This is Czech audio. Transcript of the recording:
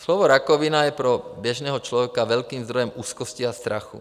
Slovo rakovina je pro běžného člověka velkým zdrojem úzkosti a strachu.